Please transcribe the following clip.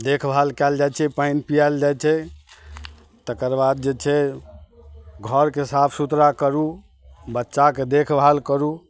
देखभाल कयल जाइत छै पानि पीएल जाइत छै तकर बाद जे छै घर शके साफ सुथरा करू बच्चाके देखभाल करू